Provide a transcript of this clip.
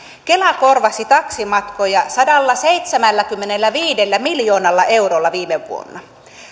kela korvasi taksimatkoja sadallaseitsemälläkymmenelläviidellä miljoonalla eurolla viime vuonna